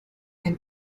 ein